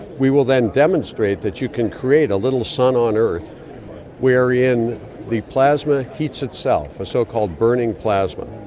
we will then demonstrate that you can create a little sun on earth wherein the plasma heats itself, a so-called burning plasma.